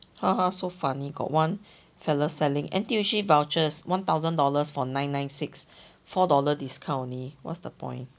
haha so funny got one fella selling N_T_U_C vouchers one thousand dollars for nine nine six four dollar discount only what's the point